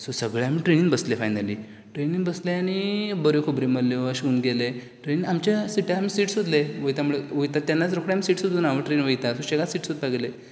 सगळें आमी ट्रेनीन बसले फायनली ट्रेनीन बसले आनी बऱ्यो खबऱ्यो मारल्यो अशें म्हणून गेले ट्रेनीन आमच्या सिटार आमी सीट सोदलें वयता म्हळ्यार वयता तेन्नाच रोखडें आमी सीट सोदून हांव वयतात शुशेगाद सीट सोदपाक गेले